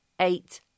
eight